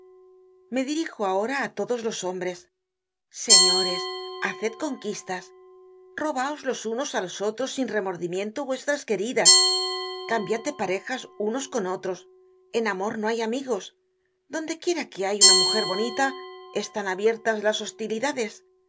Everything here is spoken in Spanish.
me dirijo ahora á los hombres señores haced conquistas robaos los unos á los otros sin remordimiento vuestras queridas cambiad de parejas unos con otros en amor no hay amigos donde quiera que hay una mujer bonita están abiertas las hostilidades